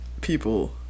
people